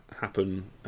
happen